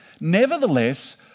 Nevertheless